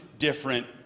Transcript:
different